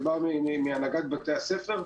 וזה מהנהגת בתי הספר,